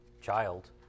child